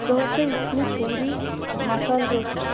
dosa idli puri masala roast